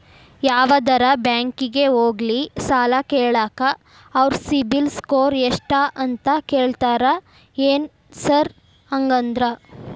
ಯಾವದರಾ ಬ್ಯಾಂಕಿಗೆ ಹೋಗ್ಲಿ ಸಾಲ ಕೇಳಾಕ ಅವ್ರ್ ಸಿಬಿಲ್ ಸ್ಕೋರ್ ಎಷ್ಟ ಅಂತಾ ಕೇಳ್ತಾರ ಏನ್ ಸಾರ್ ಹಂಗಂದ್ರ?